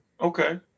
Okay